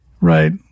Right